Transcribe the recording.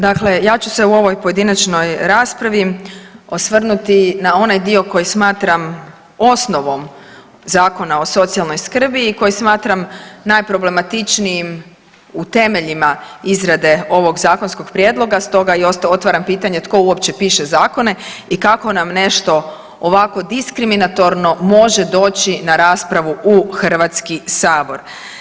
Dakle, ja ću se u ovoj pojedinačnoj raspravi osvrnuti na onaj dio koji smatram osnovom Zakona o socijalnoj skrbi i koji smatram najproblematičnijim u temeljima izrade ovog zakonskog prijedloga stoga i otvaram pitanje tko uopće piše zakone i kako nam nešto ovako diskriminatorno može doći na raspravu u Hrvatski sabor.